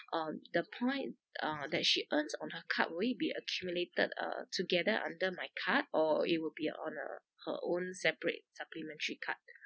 um the point uh that she earns on her card will it be accumulated uh together under my card or it will be on uh her own separate supplementary card